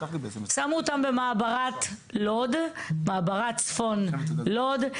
שמו אותם במעברת לוד, מעברת צפון לוד.